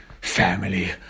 family